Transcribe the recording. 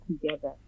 together